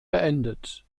beendet